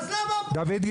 עזבו אותם.